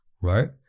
Right